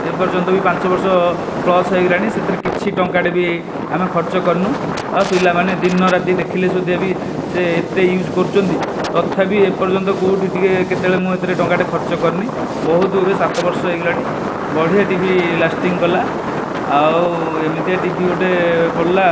ଏ ପର୍ଯ୍ୟନ୍ତ ବି ପାଞ୍ଚ ବର୍ଷ ପ୍ଲସ ହୋଇ ଗଲାଣି ସେଥିରେ କିଛି ଟଙ୍କାଟିଏ ବି ଆମେ ଖର୍ଚ୍ଚ କରିନୁ ଆଉ ପିଲା ମାନେ ଦିନ ରାତି ଦେଖିଲେ ସୁଦ୍ଧା ବି ସେ ଏତେ ୟୁଜ କରୁଛନ୍ତି ତଥାବି ଏ ପର୍ଯ୍ୟନ୍ତ କେଉଁଠି ଟିକିଏ କେତେବେଳେ ମୁଁ ଏଥିରେ ଟଙ୍କାଟେ ଖର୍ଚ୍ଚ କରିନି ବହୁତ ଏବେ ସାତ ବର୍ଷ ହୋଇ ଗଲାଣି ବଢ଼ିଆ ଟିଭି ଲାଷ୍ଟିଙ୍ଗ କଲା ଆଉ ଏମିତିଆ ଟିଭି ଗୋଟେ ପଡ଼ିଲା